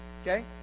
Okay